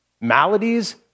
maladies